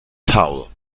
towel